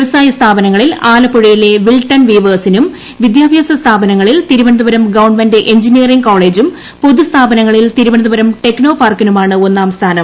വ്യവസായ സ്ഥാപനങ്ങളിൽ ആലപ്പുഴയിലെ വിൽട്ടൺ വീവേഴ്സിനും വിദ്യാഭ്യാസ സ്ഥാപനങ്ങളിൽ ് തിരുവനന്തപുരം ഗവൺമെന്റ് എഞ്ചിനീയറിംഗ് കോളേജും പൊതു സ്ഥാപനങ്ങളിൽ തിരുവനന്തപുരം ടെക്നോപാർക്കിനുമാണ് ഒന്നാം സ്ഥാനം